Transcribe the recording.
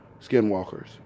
Skinwalkers